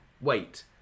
Wait